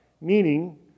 Meaning